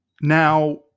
Now